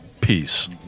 peace